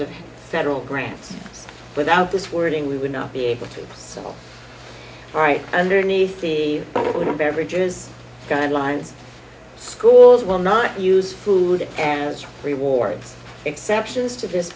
of federal grants without this wording we would not be able to sell right underneath the border beverages guidelines schools will not use food and as rewards exceptions to this